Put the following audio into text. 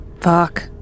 Fuck